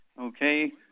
okay